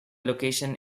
location